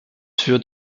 führt